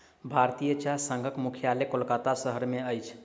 भारतीय चाह संघक मुख्यालय कोलकाता शहर में अछि